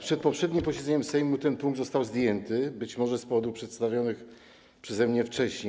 Przed poprzednim posiedzeniem Sejmu ten punkt został zdjęty, być może z powodów przedstawionych przeze mnie wcześniej.